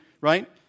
right